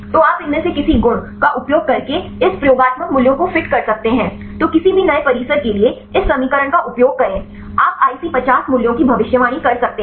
तो आप इनमें से किसी गुण का उपयोग करके इस प्रयोगात्मक मूल्यों को फिट कर सकते हैं तो किसी भी नए परिसर के लिए इस समीकरण का उपयोग करें आप IC50 मूल्यों की भविष्यवाणी कर सकते हैं